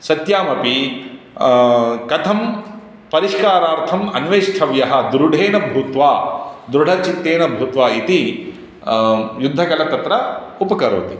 सत्यामपि कथं परिष्कारार्थम् अन्वेष्टव्यः दृढेन भूत्वा दृढचित्तेन भूत्वा इति युद्धकला तत्र उपकरोति